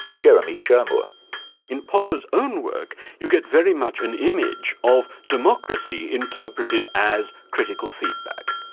jeremy shearmur in popper's own work, you get very much an image of democracy interpreted as critical feedback.